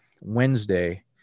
Wednesday